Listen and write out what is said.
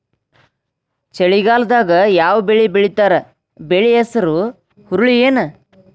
ಚಳಿಗಾಲದಾಗ್ ಯಾವ್ ಬೆಳಿ ಬೆಳಿತಾರ, ಬೆಳಿ ಹೆಸರು ಹುರುಳಿ ಏನ್?